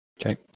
Okay